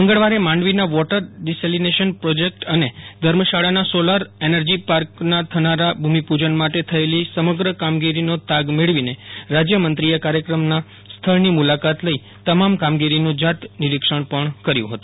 મંગળવારે માંડવીના water desalination project અને ધર્મશાળાના સોલાર એનર્જી પાર્કના થનારા ભૂમિપૂજન માટે થયેલી સમગ્ર કામગીરીનો તાગ મેળવીને રાજ્યમંત્રીએ કાર્યક્રમના સ્થળની મુલાકાત લઇ તમામ કામગીરીનું જાત નિરીક્ષણ પણ કર્યુ હતું